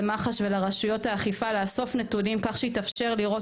למח"ש ולרשויות האכיפה לאסוף נתונים כך שיתאפשר לראות